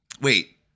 wait